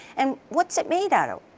and what's it made out of,